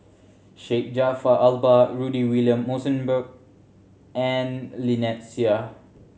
Syed Jaafar Albar Rudy William Mosbergen and Lynnette Seah